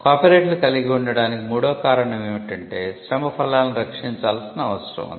కాపీరైట్లు కలిగి ఉండటానికి మూడవ కారణం ఏమిటంటే శ్రమ ఫలాలను రక్షించాల్సిన అవసరం ఉంది